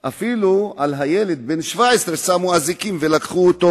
אפילו על הילד בן ה-17 שמו אזיקים ולקחו אותו